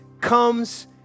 comes